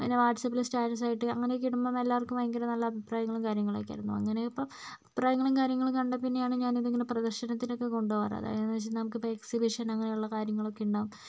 അങ്ങനെ വാട്സാപ്പിൽ സ്റ്റാറ്റസായിട്ട് അങ്ങനെയൊക്കെ ഇടുമ്പോൾ എല്ലാവർക്കും ഭയങ്കര നല്ല അഭിപ്രായങ്ങളും കാര്യങ്ങളൊക്കെയായിരുന്നു അങ്ങനെ ഇപ്പോൾ അഭിപ്രായങ്ങളും കാര്യങ്ങളും കണ്ടപ്പോൾ പിന്നെയാണ് ഞാൻ ഇത് ഇങ്ങനെ പ്രദർശനത്തിനൊക്കെ കൊണ്ടുപോകാൻ അതായത് എന്നുവെച്ചാൽ നമുക്ക് ഇപ്പോൾ എക്സിബിഷൻ അങ്ങനെയുള്ള കാര്യങ്ങളൊക്കെ ഉണ്ടാവും